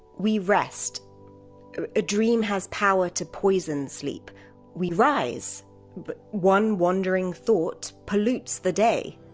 we rest a dream has power to poison sleep we rise but one wandering thought pollutes the day